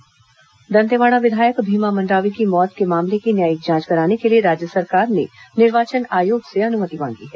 भीमा मंडावी न्यायिक जांच दंतेवाड़ा विधायक भीमा मंडावी की मौत के मामले की न्यायिक जांच कराने के लिए राज्य सरकार ने निर्वाचन आयोग से अनुमति मांगी है